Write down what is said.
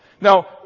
Now